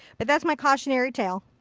but that is my cautionary tale.